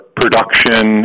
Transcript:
production